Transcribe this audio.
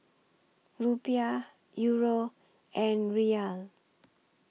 Rupiah Euro and Riyal